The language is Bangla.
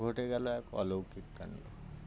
ঘটে গেল এক অলৌকিক কাণ্ড